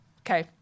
Okay